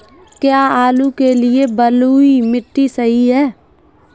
क्या आलू के लिए बलुई मिट्टी सही है?